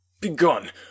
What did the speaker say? Begone